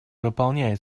выполняет